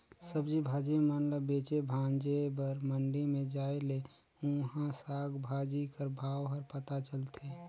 सब्जी भाजी मन ल बेचे भांजे बर मंडी में जाए ले उहां साग भाजी कर भाव हर पता चलथे